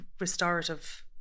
restorative